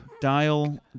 Dial